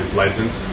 license